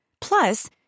Plus